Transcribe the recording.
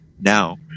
now